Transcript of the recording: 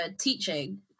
teaching